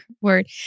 word